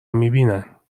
میبینن